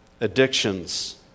Addictions